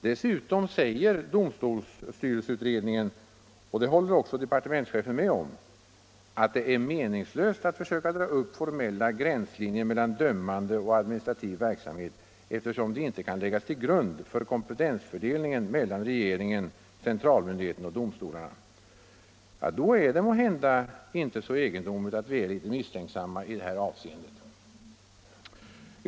Dessutom säger domstolsstyrelseutredningen — och det håller departementschefen med om — att det är meningslöst att försöka dra upp formella gränslinjer mellan dömande och administrativ verksamhet, eftersom de inte kan läggas till grund för kompetensfördelningen mellan regeringen, centralmyndigheten och domstolarna. Då är det måhända inte så egendomligt att vi är litet misstänksamma i det här avseendet.